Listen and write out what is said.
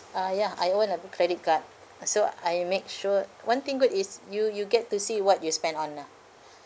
ah ya I own a credit card uh so uh I make sure one thing good is you you get to see what you spent on lah